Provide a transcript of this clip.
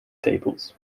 tables